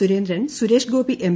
Surendran Suresh Gopi M